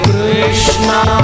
Krishna